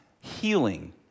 healing